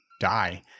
die